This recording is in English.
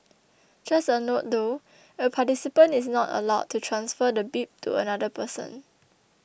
just a note though a participant is not allowed to transfer the bib to another person